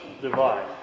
divide